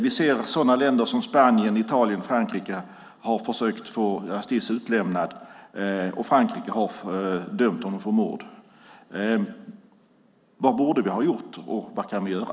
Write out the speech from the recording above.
Vi ser att sådana länder som Spanien, Italien och Frankrike har försökt få Astiz utlämnad. Frankrike har dömt honom för mord. Vad borde vi ha gjort, och vad kan vi göra?